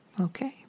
okay